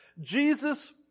Jesus